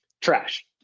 Trash